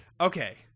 okay